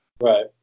Right